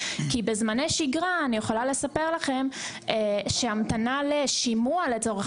כי בזמני שגרה אני יכולה לספר לכם שהמתנה לשימוע לצורך